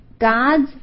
God's